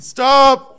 Stop